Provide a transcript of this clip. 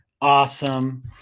awesome